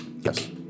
Yes